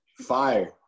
fire